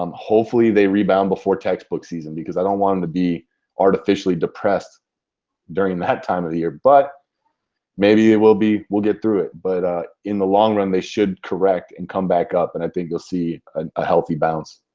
um hopefully, they rebound before textbook season because i don't want to be artificially depressed during that time of the year. but maybe it will be, we'll get through it. but in the long run, they should correct and come back up and i think you'll see a healthy bounce.